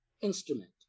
instrument